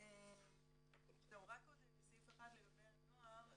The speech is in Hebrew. עוד סעיף אחד לגבי הנוער.